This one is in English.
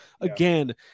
again